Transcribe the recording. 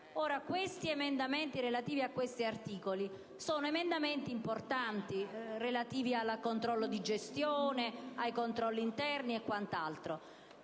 Gli emendamenti relativi a questi articoli sono importanti poiché sono relativi al controllo di gestione, ai controlli interni e quant'altro.